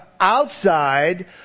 outside